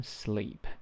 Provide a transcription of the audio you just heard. sleep